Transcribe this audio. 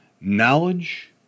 knowledge